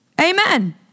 Amen